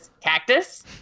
Cactus